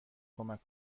کمک